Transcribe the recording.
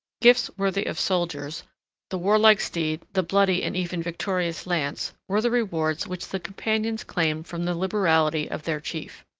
gifts worthy of soldiers the warlike steed, the bloody and even victorious lance were the rewards which the companions claimed from the liberality of their chief.